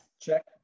Check